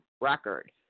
record